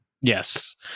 Yes